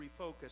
refocus